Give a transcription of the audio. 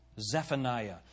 Zephaniah